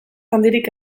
handirik